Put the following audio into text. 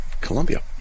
Colombia